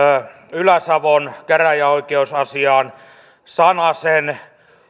ylä savon käräjäoikeusasiaan sanasen